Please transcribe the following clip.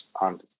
on